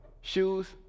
shoes